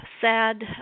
sad